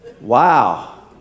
Wow